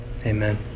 Amen